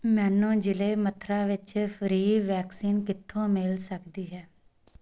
ਮੈਨੂੰ ਜ਼ਿਲ੍ਹੇ ਮਥੁਰਾ ਵਿੱਚ ਫ੍ਰੀ ਵੈਕਸੀਨ ਕਿੱਥੋਂ ਮਿਲ ਸਕਦੀ ਹੈ